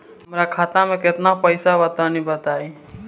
हमरा खाता मे केतना पईसा बा तनि बताईं?